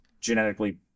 genetically